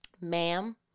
Ma'am